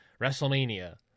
WrestleMania